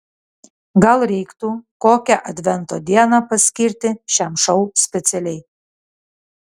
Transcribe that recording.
gal reiktų kokią advento dieną paskirti šiam šou specialiai